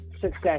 success